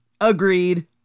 Agreed